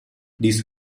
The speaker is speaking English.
this